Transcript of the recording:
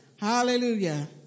Hallelujah